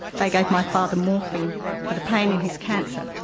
they gave my father morphine for the pain in his cancer,